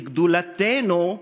וגדולתנו,